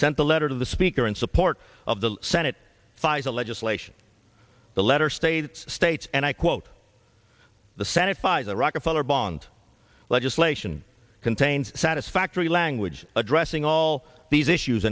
sent a letter to the speaker in support of the senate pfizer legislation the letter states states and i quote the senate five the rockefeller bond legislation contains satisfactory language addressing all these issues